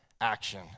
action